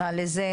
משרד הבריאות,